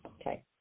Okay